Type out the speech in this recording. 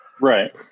right